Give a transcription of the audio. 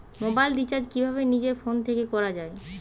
Mobile recharge কিভাবে নিজের phone থেকে করা য়ায়?